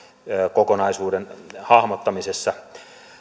kokonaisuuden hahmottamisessa